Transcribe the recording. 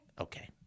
okay